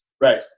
Right